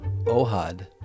Ohad